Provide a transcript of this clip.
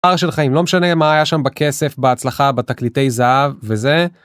אם לא משנה מה היה שם בכסף בהצלחה בתקליטי זהב וזה